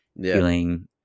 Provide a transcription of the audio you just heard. feeling